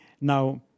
Now